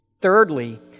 Thirdly